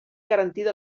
garantida